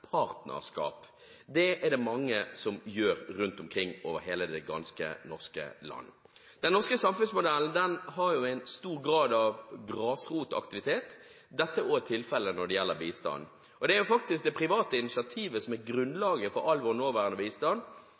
partnerskap. Det er det mange som gjør rundt omkring over hele det norske land. Den norske samfunnsmodellen har en stor grad av grasrotaktivitet. Dette er også tilfellet når det gjelder bistand. Det er faktisk det private initiativet som er grunnlaget for all vår nåværende bistand